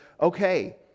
Okay